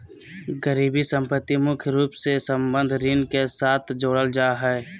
गिरबी सम्पत्ति मुख्य रूप से बंधक ऋण के साथ जोडल जा हय